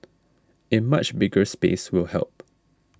a much bigger space will help